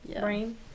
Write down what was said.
brain